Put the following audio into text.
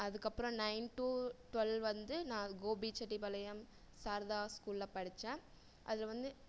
அதுக்கப்புறம் nine to twelve வந்து நான் கோபிசெட்டிபாளையம் சாரதா ஸ்கூலில் படித்தேன் அதில் வந்து